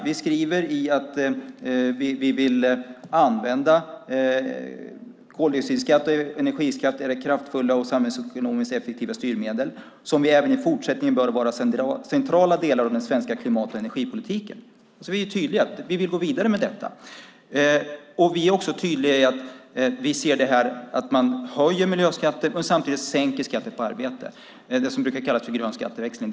Vi skriver att koldioxidskatt och energiskatt är kraftfulla och samhällsekonomiskt effektiva styrmedel som även i fortsättningen bör vara centrala delar av den svenska klimat och energipolitiken. Vi är tydliga med att vi vill gå vidare med det. Vi är tydliga med att höja miljöskatter och sänka skatten på arbete, det som brukar kallas grön skatteväxling.